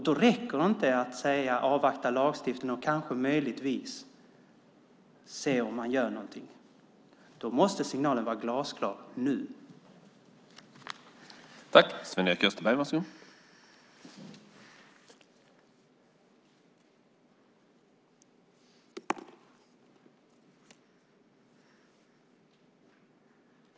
Då räcker det inte att säga att man ska avvakta domen och kanske möjligtvis göra något. Då måste signalen vara glasklar nu.